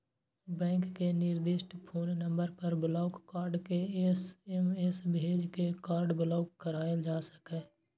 bank के निर्दिष्ट phone number पर ब्लॉक कार्ड के एस.एम.एस भेज के कार्ड ब्लॉक कराएल जा सकैए